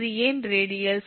அது ஏன் ரேடியல்